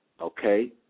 Okay